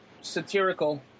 satirical